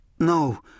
No